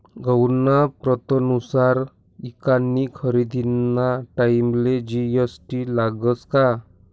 गहूना प्रतनुसार ईकानी खरेदीना टाईमले जी.एस.टी लागस का?